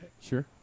sure